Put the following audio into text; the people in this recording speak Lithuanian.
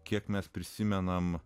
kiek mes prisimename